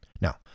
Now